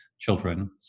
children